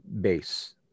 base